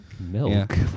Milk